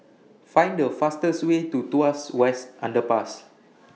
Find The fastest Way to Tuas West Underpass